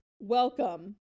Welcome